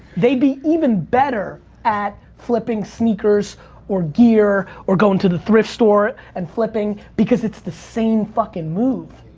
they'd be even better at flipping sneakers or gear or going to the thrift store and flipping because it's the same fuckin' move.